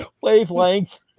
Wavelength